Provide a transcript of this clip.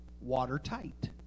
watertight